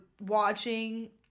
watching